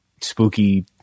spooky